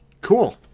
Cool